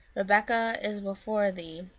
rebekah is before thee,